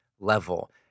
Level